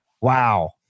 Wow